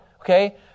okay